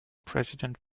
president